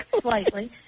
slightly